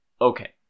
Okay